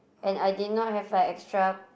and I did not have like extra